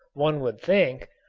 one would think,